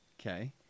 Okay